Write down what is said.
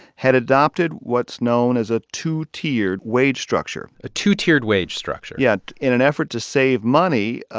had adopted what's known as a two-tiered wage structure a two-tiered wage structure yeah. in an effort to save money,